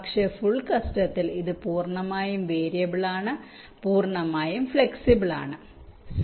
പക്ഷേ ഫുൾ കസ്റ്റത്തിൽ ഇത് പൂർണ്ണമായും വേരിയബിളാണ് പൂർണ്ണമായും ഫ്ലെക്സിബിൾ ആണ്